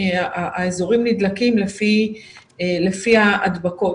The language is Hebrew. האזורים נדלקים לפי ההדבקות,